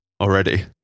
already